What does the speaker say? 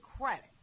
credit